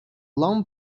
long